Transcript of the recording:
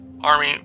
Army